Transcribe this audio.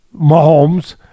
Mahomes